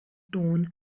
tone